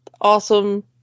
awesome